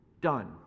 done